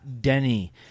Denny